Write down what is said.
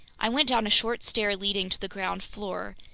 i went down a short stair leading to the ground floor.